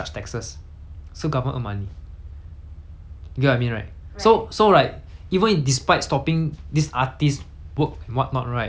you get what I mean right so so right even if despite stopping this artist's work and whatnot right the government just cut off their income only that's all